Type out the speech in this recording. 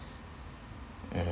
and